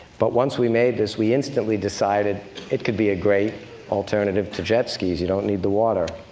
but once we made this, we instantly decided it could be a great alternative to jet skis. you don't need the water.